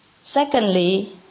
Secondly